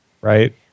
Right